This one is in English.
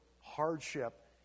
hardship